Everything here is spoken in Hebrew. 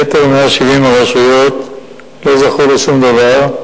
יתר 170 הרשויות לא זכו לשום דבר,